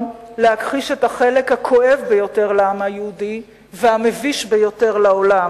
להכחיש את החלק הכואב ביותר לעם היהודי והמביש ביותר לעולם,